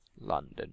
London